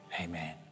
Amen